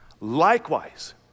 Likewise